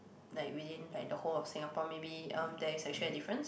like within like the whole of Singapore maybe um there is actually a difference